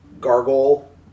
Gargle